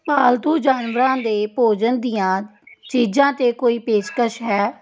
ਪਾਲਤੂ ਜਾਨਵਰਾਂ ਦੇ ਭੋਜਨ ਦੀਆਂ ਚੀਜ਼ਾਂ 'ਤੇ ਕੋਈ ਪੇਸ਼ਕਸ਼ ਹੈ